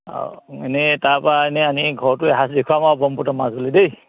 অঁ এনেই তাৰপৰা এনেই আনি ঘৰতো এসাঁজ দেখোৱাম আৰু ব্ৰক্ষ্মপুত্ৰৰ মাছ বুলি দেই